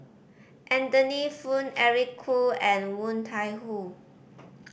Anthony Poon Eric Khoo and Woon Tai Ho